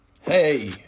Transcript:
Hey